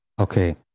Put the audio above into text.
Okay